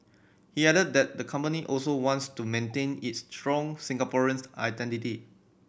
he added that the company also wants to maintain its strong Singaporeans identity